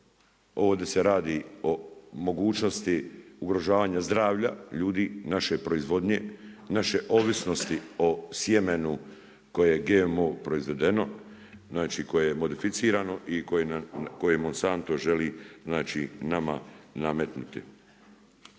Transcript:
Ovdje se radi o mogućnosti ugrožavanja zdravlja ljudi naše proizvodnje, naše ovisnosti o sjemenu koje je GMO proizvedeno, znači koje je modificirano i koje Monsanto želi znači nama nametnuti.